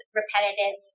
repetitive